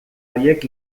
horiek